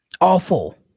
Awful